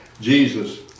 Jesus